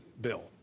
Bill